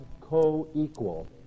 co-equal